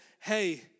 hey